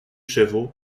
chevaux